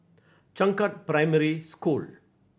Changkat Primary School